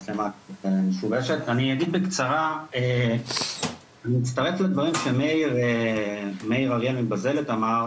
אני אגיד בקצרה ואני אצטרף לדברים שמאיר אריאל מבזלת אמר